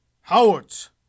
Howards